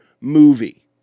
movie